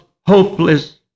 hopeless